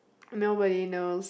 nobody knows